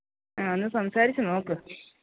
ആ ഒന്ന് സംസാരിച്ചു നോക്ക്